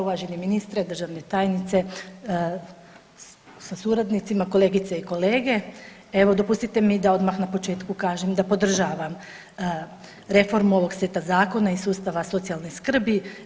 Uvaženi ministre, državne tajnice sa suradnicima, kolegice i kolege, evo dopustite mi da odmah na početku kažem da podržavam reformu ovog seta zakona i sustava socijalne skrbi.